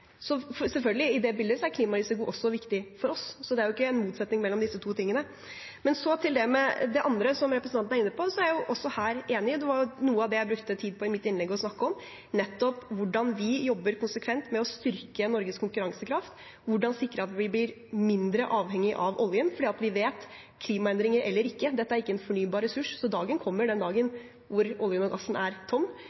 Så selvfølgelig, i det bildet er klimarisiko også viktig for oss, det er ikke en motsetning mellom disse to tingene. Til det andre som representanten er inne på, er jeg også her enig. Det var noe av det jeg brukte tid på å snakke om i mitt innlegg: hvordan vi jobber konsekvent med å styrke Norges konkurransekraft, hvordan sikre at vi blir mindre avhengig av oljen. Vi vet, klimaendringer eller ikke, at dette ikke er en fornybar ressurs; den dagen kommer